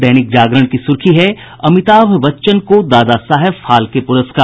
दैनिक जागरण की सुर्खी है अमिताभ बच्चन को दादा साहेब फाल्के पुरस्कार